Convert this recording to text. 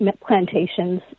plantations